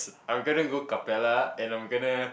I'm gonna go Capella and I'm gonna